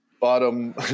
bottom